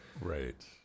Right